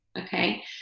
Okay